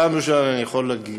פעם ראשונה אני יכול להגיד,